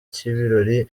cy’ibirori